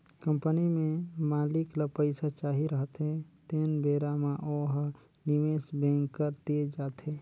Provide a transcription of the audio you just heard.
company में मालिक ल पइसा चाही रहथें तेन बेरा म ओ ह निवेस बेंकर तीर जाथे